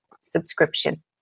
subscription